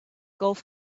golf